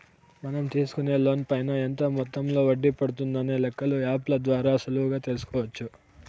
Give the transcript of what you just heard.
మనం తీసుకునే లోన్ పైన ఎంత మొత్తంలో వడ్డీ పడుతుందనే లెక్కలు యాప్ ల ద్వారా సులువుగా తెల్సుకోవచ్చు